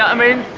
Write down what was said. i mean.